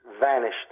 vanished